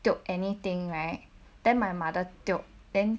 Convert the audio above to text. tio anything right then my mother tio then